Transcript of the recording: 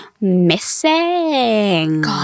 missing